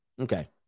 Okay